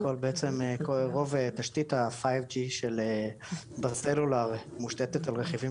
בעצם רוב תשתית הדור החמישי בסלולר מושתת על רכיבים